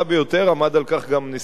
עמד על כך גם נשיא המדינה,